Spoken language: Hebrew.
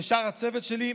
ולשאר הצוות שלי.